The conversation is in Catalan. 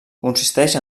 consisteix